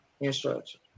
instruction